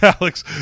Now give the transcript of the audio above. Alex